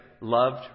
loved